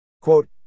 Quote